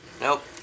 Nope